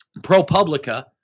ProPublica